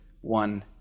one